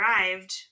arrived